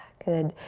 good.